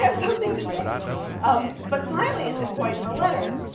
so something to say um but finally at this point in the letter,